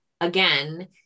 again